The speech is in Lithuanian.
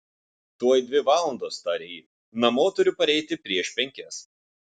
tuoj dvi valandos tarė ji namo turiu pareiti prieš penkias